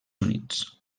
units